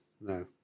No